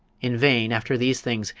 in vain, after these things,